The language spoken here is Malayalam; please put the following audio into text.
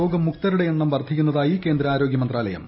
രോഗമുക്തരുടെ എണ്ണം വർദ്ധിക്കുന്നതായി കേന്ദ്ര ആരോഗ്യ മന്ത്രാലയം